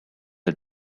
are